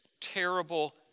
terrible